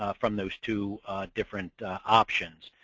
ah from those two different options.